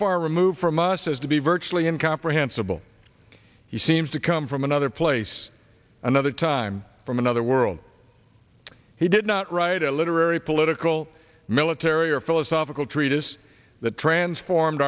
far removed from us as to be virtually uncomprehensible he seems to come from another place another time from another world he did not write a literary political military or philosophical treatise that transformed